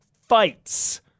fights